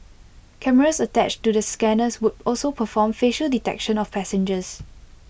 cameras attached to the scanners would also perform facial detection of passengers